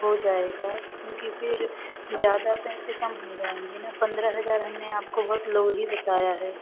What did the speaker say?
हो जाएगा क्योंकि फिर ज़्यादा पैसे कम हो जाएँगे ना पन्द्रह हज़ार हमने आपको बहुत लो ही बताया है